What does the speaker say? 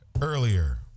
earlier